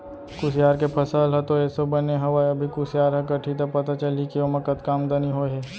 कुसियार के फसल ह तो एसो बने हवय अभी कुसियार ह कटही त पता चलही के ओमा कतका आमदनी होय हे